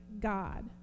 God